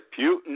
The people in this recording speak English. Putin